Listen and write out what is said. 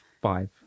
five